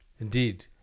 indeed